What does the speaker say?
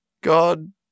God